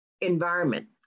environment